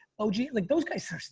og. like those guys are.